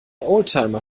oldtimer